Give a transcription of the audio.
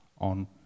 on